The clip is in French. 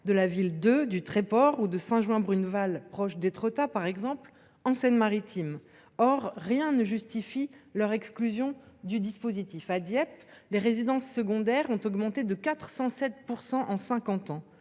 de Dieppe, d’Eu, du Tréport ou de Saint-Jouin-Bruneval, près d’Étretat, par exemple, en Seine-Maritime. Rien ne justifie pourtant leur exclusion du dispositif. À Dieppe, les résidences secondaires ont augmenté de 407 % en cinquante